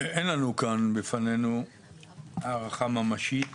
אין לנו כאן בפנינו הערכה ממשית